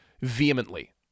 vehemently